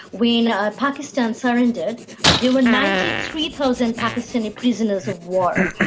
when ah pakistan surrendered there were ninety three thousand pakistani prisoners of war,